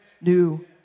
new